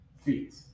feet